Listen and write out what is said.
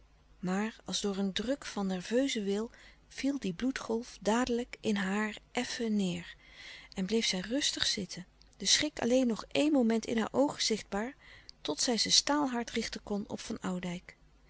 maar als door een druk van nerveuze wil viel die bloedgolf dadelijk in haar effen neêr en bleef zij rustig zitten de schrik alleen nog éen moment in haar oogen zichtbaar tot zij ze staalhard richten kon op van oudijck